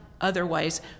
Otherwise